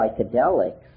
psychedelics